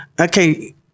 Okay